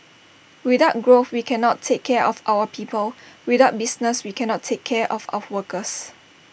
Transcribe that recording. without growth we cannot take care of our people without business we cannot take care of our workers